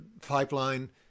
pipeline